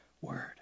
word